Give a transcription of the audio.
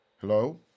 Hello